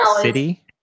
City